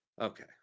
Okay